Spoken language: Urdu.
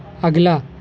اگلا